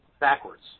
backwards